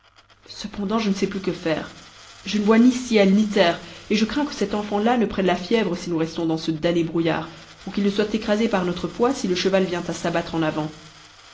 cependant je ne sais plus que faire je ne vois ni ciel ni terre et je crains que cet enfant-là ne prenne la fièvre si nous restons dans ce damné brouillard ou qu'il ne soit écrasé par notre poids si le cheval vient à s'abattre en avant